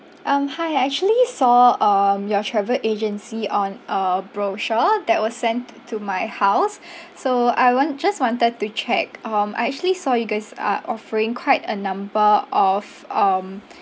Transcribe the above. um hi I actually saw um your travel agency on a brochure that was sent to my house so I want just wanted to check um I actually saw you guys are offering quite a number of um